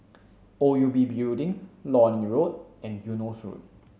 O U B Building Lornie Road and Eunos Road